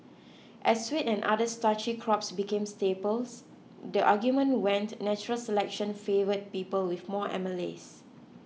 as wheat and other starchy crops became staples the argument went natural selection favoured people with more amylase